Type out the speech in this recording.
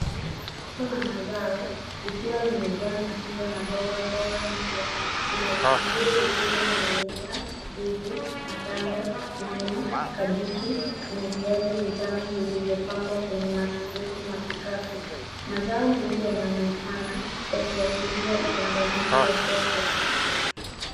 Soko la mazao likiwa limejaa matunda na mboga mboga mpya. Kuna vitunguu vilivyoning'inia, ndizi, matango, nyanya, kabichi na viazi vitamu vilivyopangwa kwenye masanduku na vikapu. Mazao mengine yanaonekana ya kiashiria uchangamfu wa soko.